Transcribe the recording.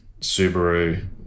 Subaru